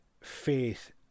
faith